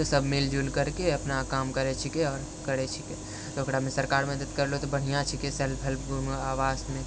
सभ मिलजुल करके अपना काम करै छीकै आओर करै छीकै तऽ ओकरामे सरकार मदद करलो तऽ बढ़िआँ छीकै सेल्फ हेल्प ग्रुपमे आवास